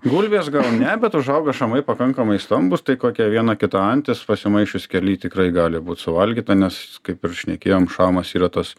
gulbės gal ne bet užauga šamai pakankamai stambūs tai kokia viena kita antis pasimaišius kely tikrai gali būt suvalgyta nes kaip ir šnekėjom šamas yra tas